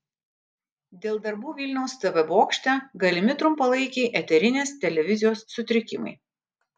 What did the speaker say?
dėl darbų vilniaus tv bokšte galimi trumpalaikiai eterinės televizijos sutrikimai